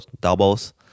doubles